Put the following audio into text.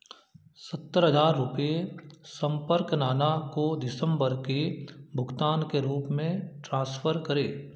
सत्तर हज़ार रुपये संपर्क राणा को दिसंबर के भुगतान के रूप में ट्रांसफ़र करें